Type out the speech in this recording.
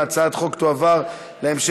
והוראות מעבר לעניין הליכים קיימים),